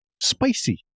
Spicy